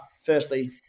firstly